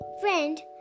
Friend